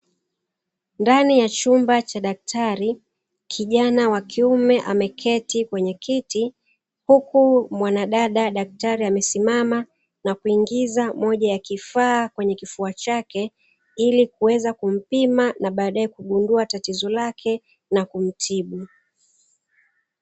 Ndani ya chumba cha daktari kijana wa kiume ameketi mbele ya daktari, huku mwanadada daktari amesimama akaingiza moja ya kifaaa kwenye kifua chake na kugunua kuja kumtibu